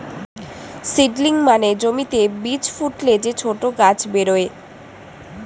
seedling মানে জমিতে বীজ ফুটলে যে ছোট গাছ বেরোয়